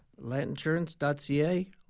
Landinsurance.ca